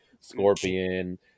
Scorpion